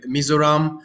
Mizoram